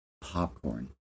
popcorn